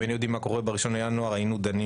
אם היינו יודעים מה יקרה ב-1 בינואר היינו דנים